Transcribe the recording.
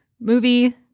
movie